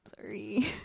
Sorry